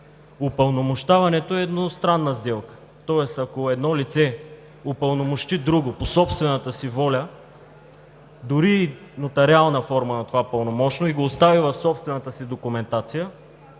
упълномощаването е едностранна сделка, тоест, ако едно лице упълномощи друго по собствената си воля, дори в нотариална форма на това пълномощно и го остави в собствената си документация,